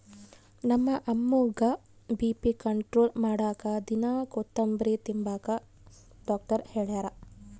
ನಮ್ಮ ಅಮ್ಮುಗ್ಗ BP control ಮಾಡಾಕ ದಿನಾ ಕೋತುಂಬ್ರೆ ತಿಂಬಾಕ ಡಾಕ್ಟರ್ ಹೆಳ್ಯಾರ